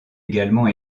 également